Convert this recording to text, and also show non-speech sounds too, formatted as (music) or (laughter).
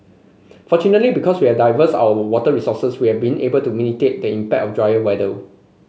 fortunately because we're diverse our water resources we have been able to (unintelligible) the impact of drier weather